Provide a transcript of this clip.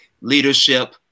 leadership